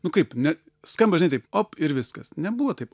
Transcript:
nu kaip ne skamba žinai taip op ir viskas nebuvo taip